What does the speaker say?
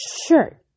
shirt